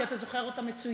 כי אתה זוכר אותם מצוין.